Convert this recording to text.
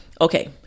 okay